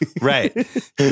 Right